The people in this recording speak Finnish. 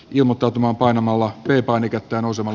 ilmottautumaan painamalla työ painiketta nousevan